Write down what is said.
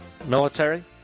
military